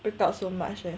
break out so much eh